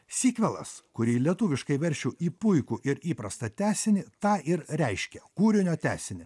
sikvelas kurį lietuviškai versčiau į puikų ir įprastą tęsinį tą ir reiškia kūrinio tęsinį